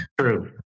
True